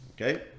Okay